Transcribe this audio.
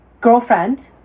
girlfriend